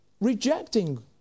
rejecting